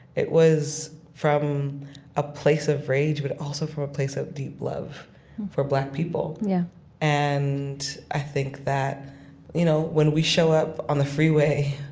it was from a place of rage, but also from a place of deep love for black people. yeah and i think that you know when we show up on the freeway,